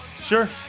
Sure